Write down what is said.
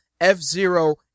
F-Zero